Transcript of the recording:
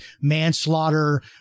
manslaughter